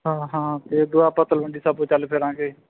ਹਾਂ ਹਾਂ ਤੇ ਅੱਗਿਓਂ ਆਪਾਂ ਤਲਵੰਡੀ ਸਾਬੋ ਚੱਲ ਫਿਰਾਂਗੇ